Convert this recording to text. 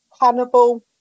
Hannibal